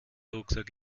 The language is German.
rucksack